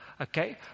Okay